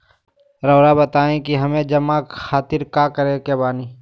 रहुआ बताइं कि हमें जमा खातिर का करे के बानी?